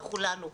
בכולנו.